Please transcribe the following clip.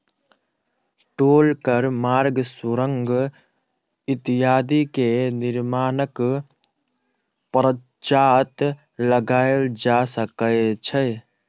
टोल कर मार्ग, सुरंग इत्यादि के निर्माणक पश्चात लगायल जा सकै छै